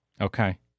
Okay